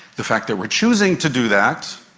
the fact that we're choosing to do that,